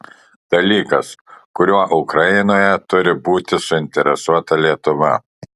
dalykas kuriuo ukrainoje turi būti suinteresuota lietuva